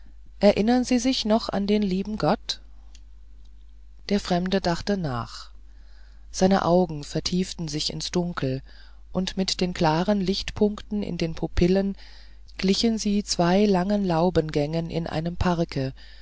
erinnern sie sich noch an den lieben gott der fremde dachte nach seine augen vertieften sich ins dunkel und mit den kleinen lichtpunkten in den pupillen glichen sie zwei langen laubengängen in einem parke